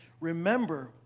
Remember